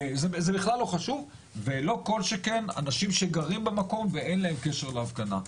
זה בכלל לא חשוב ולא כל שכן אנשים שגרים במקום ואין להם קשר להפגנה.